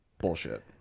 bullshit